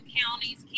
counties